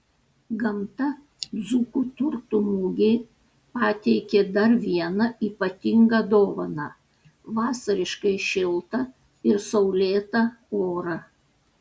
gamta dzūkų turtų mugei pateikė dar vieną ypatingą dovaną vasariškai šiltą ir saulėtą orą